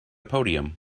podium